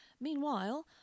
Meanwhile